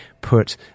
put